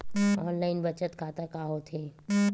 Online बचत खाता का होथे?